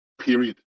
Period